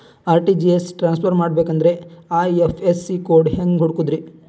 RTGS transfer ಮಾಡಬೇಕೆಂದರೆ IFSC code ಹೆಂಗ್ ಹುಡುಕೋದ್ರಿ?